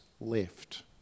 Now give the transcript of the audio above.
left